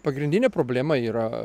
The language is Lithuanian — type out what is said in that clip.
pagrindinė problema yra